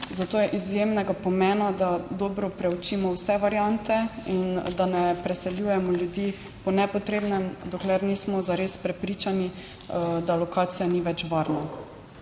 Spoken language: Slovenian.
zato je izjemnega pomena, da dobro preučimo vse variante in da ne preseljujemo ljudi po nepotrebnem, dokler nismo zares prepričani, da lokacija ni več varna.